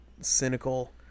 cynical